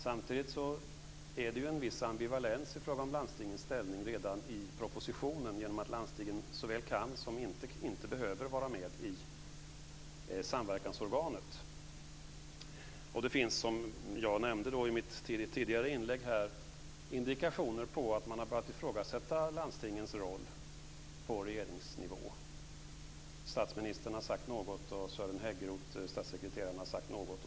Samtidigt är det ju en viss ambivalens i fråga om landstingens ställning redan i propositionen genom att landstingen såväl kan som inte behöver vara med i samverkansorganet. Det finns, som jag nämnde i mitt tidigare inlägg, indikationer på att man har börjat ifrågasätta landstingens roll på regeringsnivå. Statsministern har sagt något och Sören Häggroth, statssekreteraren, har sagt något.